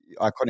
iconic